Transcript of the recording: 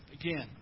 Again